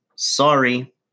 Sorry